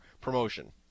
promotion